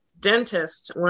dentist